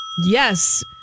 Yes